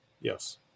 Yes